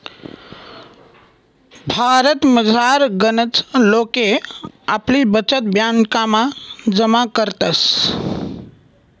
भारतमझार गनच लोके आपली बचत ब्यांकमा जमा करतस